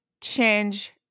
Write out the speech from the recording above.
change